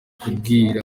kubwira